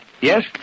Yes